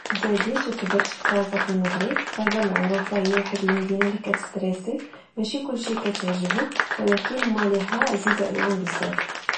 تزاديت وكبرت في كازا في المغرب، كازا معروفي هي واحد لمدينة ليكتسطريسي ، ماشي كولشي كتعجبو، ولكن ماليها عزيزة عليهم بزاف